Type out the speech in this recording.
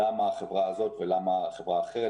למה החברה הזאת ולמה חברה אחרת,